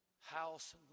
house